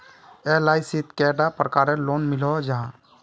LIC शित कैडा प्रकारेर लोन मिलोहो जाहा?